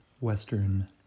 Western